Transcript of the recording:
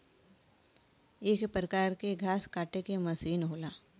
एक परकार के घास काटे के मसीन होला